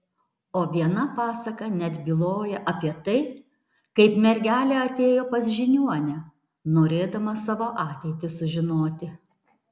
o viena pasaka net byloja apie tai kaip mergelė atėjo pas žiniuonę norėdama savo ateitį sužinoti